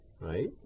Right